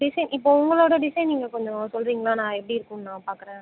design இப்போ உங்களோடய design நீங்கள் கொஞ்சம் சொல்கிறிங்களா நான் எப்படி இருக்குதுன்னு நான் பார்க்குறேன்